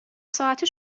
ساعته